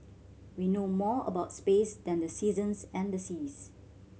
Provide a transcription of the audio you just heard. we know more about space than the seasons and seas